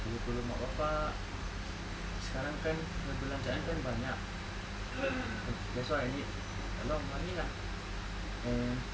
boleh tolong mak bapa sekarang kan pembelanjaan kan banyak that's why I need a lot of money lah and